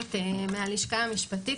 שלהבת מהלשכה המשפטית,